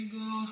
go